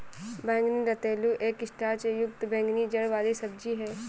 बैंगनी रतालू एक स्टार्च युक्त बैंगनी जड़ वाली सब्जी है